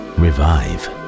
revive